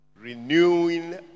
renewing